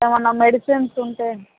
ఏమన్న మెడిసిన్స్ ఉంటే